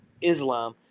Islam